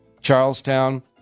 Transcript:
Charlestown